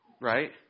Right